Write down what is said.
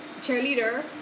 cheerleader